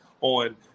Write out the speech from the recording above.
on